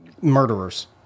murderers